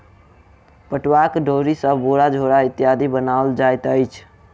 पटुआक डोरी सॅ बोरा झोरा इत्यादि बनाओल जाइत अछि